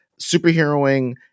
superheroing